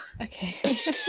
Okay